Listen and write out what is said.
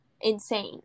insane